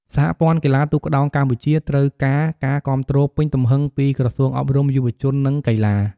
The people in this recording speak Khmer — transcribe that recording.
សហព័ន្ធកីឡាទូកក្ដោងកម្ពុជាត្រូវការការគាំទ្រពេញទំហឹងពីក្រសួងអប់រំ យុវជន និងកីឡា។